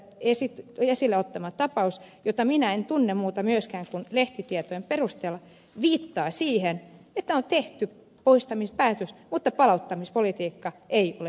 zyskowiczin esille ottama tapaus jota minä en tunne myöskään muuten kuin lehtitietojen perusteella viittaa siihen että on tehty poistamispäätös mutta palauttamispolitiikka ei ole tehokas